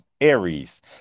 Aries